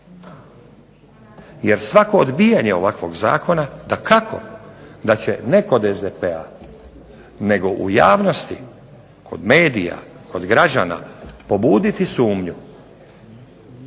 jer svako odbijanje ovakvog zakona dakako da će netko od SDP-a nego u javnosti kod medija, građana pobuditi sumnju